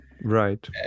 Right